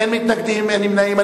אין מתנגדים, אין נמנעים.